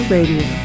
Radio